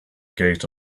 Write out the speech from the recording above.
gate